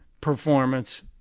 performance